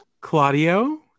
Claudio